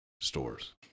stores